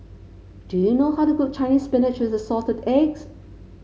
do you know how to cook Chinese Spinach with Assorted Eggs